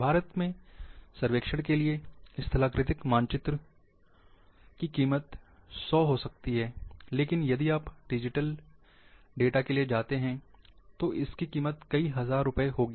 भारत के सर्वेक्षण के लिए स्थलाकृतिक मानचित्र की क़ीमत 100 हो सकती है लेकिन यदि आप डिजिटल डेटा के लिए जाते हैं इसकी कीमत कई हजार रुपये होगी